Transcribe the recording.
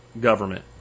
government